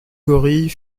gorille